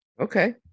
Okay